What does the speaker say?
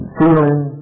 feeling